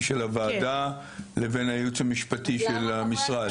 של הוועדה לבין הייעוץ המשפטי של המשרד?